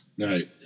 Right